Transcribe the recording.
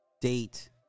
date